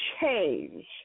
change